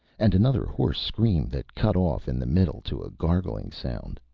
and another hoarse scream that cut off in the middle to a gargling sound.